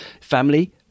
Family